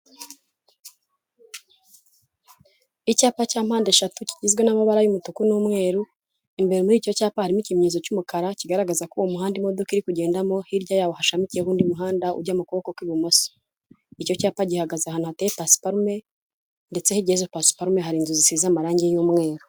Icyapa cya mpandeshatu kigizwe n'amabara y'umutuku n'umweru, imbere muri icyo cyapa harimo ikimenyetso cy'umukara kigaragaza ko uwo umuhanda imodoka iri kugendamo hirya yawo hashamikiyeho undi muhanda ujya mu kuboko kw'ibumoso, icyo cyapa gihagaze ahantu hateye pasiparume ndetse hirya y'izo pasiparume hari inzu zisize amarangi y'umweru.